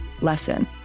lesson